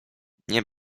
nie